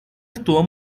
estuvo